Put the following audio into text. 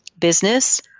business